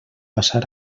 passar